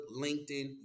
LinkedIn